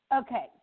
Okay